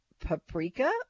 paprika